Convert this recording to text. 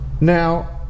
Now